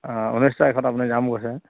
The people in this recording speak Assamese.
অঁ ঊনৈছ তাৰিখত আপুনি যাম কৈছে